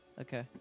Okay